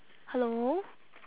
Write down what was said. hello